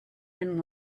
and